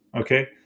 okay